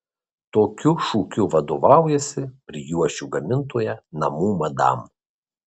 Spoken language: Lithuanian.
tokiu šūkiu vadovaujasi prijuosčių gamintoja namų madam